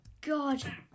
god